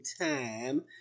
time